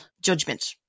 judgment